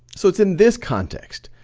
so it's in this context,